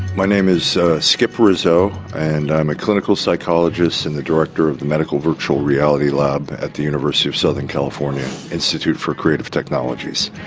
my name is so skip rizzo and i'm a clinical psychologist and the director of the medical virtual reality lab at the university of southern california, institute for creative technologies.